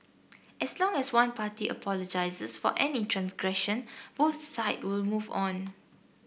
as long as one party apologises for any transgression both side will move on